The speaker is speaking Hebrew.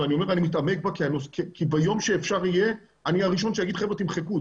ואני מתעמק בזה כי ביום שאפשר יהיה אני הראשון שאגיד חבר'ה תמחקו.